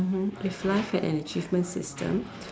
mmhmm if life had an achievement system